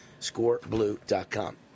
Scoreblue.com